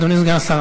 אדוני השר,